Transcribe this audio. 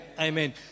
Amen